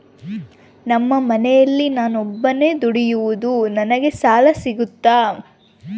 ನಮ್ಮ ಮನೆಯಲ್ಲಿ ನಾನು ಒಬ್ಬನೇ ದುಡಿಯೋದು ನನಗೆ ಸಾಲ ಸಿಗುತ್ತಾ?